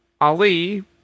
Ali